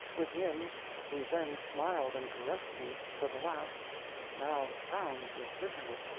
with him who then smiled and caressed me, but, alas! now frowns with bitterness,